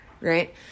right